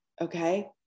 Okay